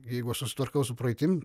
jeigu aš susitvarkau su praeitim